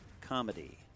Comedy